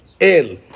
El